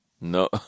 No